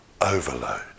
overload